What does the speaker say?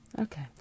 Okay